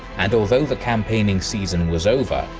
and although the campaigning season was over,